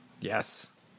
Yes